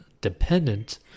dependent